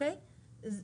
זה